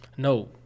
No